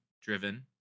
driven